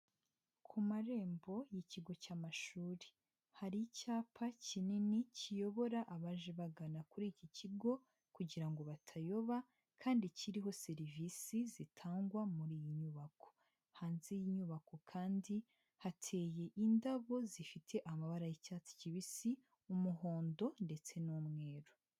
Ku marembo y'ikigo cy'amashuri, hari icyapa kinini kiyobora abaje bagana kuri iki kigo kugira batayoba kandi kiriho serivisi zitangwa muri iyi nyubako, hanze y'inyubako kandi hateye indabo zifite amabara y'icyatsi kibisi, umuhondo ndetse n'umweru.